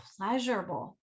pleasurable